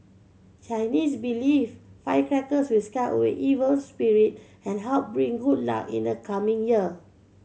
Chinese believe firecrackers will scare away evil spirit and help bring good luck in the coming year